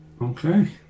Okay